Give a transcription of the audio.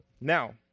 Now